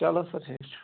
چَلو سر ٹھیٖک چھُ